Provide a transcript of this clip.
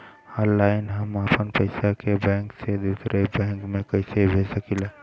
Online हम आपन पैसा एक बैंक से दूसरे बैंक में कईसे भेज सकीला?